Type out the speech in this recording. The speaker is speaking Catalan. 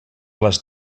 les